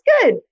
good